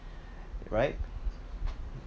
right